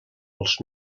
els